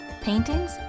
paintings